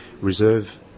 reserve